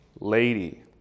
lady